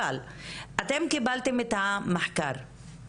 אבל אתם קיבלתם את המחקר,